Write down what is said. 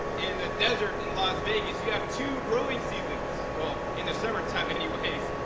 in the desert, in las vegas, you have two growing season so well, in the summertime anyways.